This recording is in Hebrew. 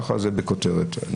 זה בכותרת.